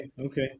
okay